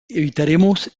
evitaremos